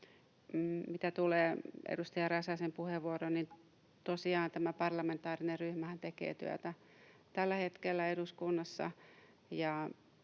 edustaja Räsäsen puheenvuoroon, tosiaan tämä parlamentaarinen ryhmähän tekee tällä hetkellä työtä eduskunnassa.